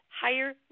Higher